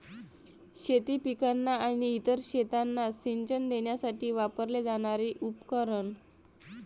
शेती पिकांना आणि इतर शेतांना सिंचन देण्यासाठी वापरले जाणारे उपकरण